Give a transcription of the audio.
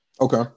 Okay